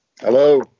Hello